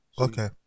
Okay